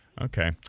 Okay